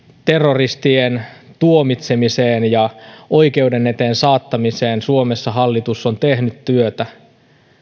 terroristien tuomitsemiseen ja oikeuden eteen saattamiseen suomessa hallitus on tehnyt työtä